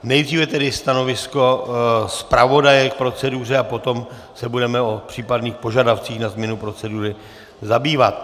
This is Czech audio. Nejdříve tedy stanovisko zpravodaje k proceduře a potom se budeme o případných požadavcích na změnu procedury zabývat.